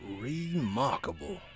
Remarkable